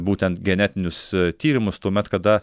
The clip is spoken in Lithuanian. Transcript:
būtent genetinius tyrimus tuomet kada